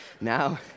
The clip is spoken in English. now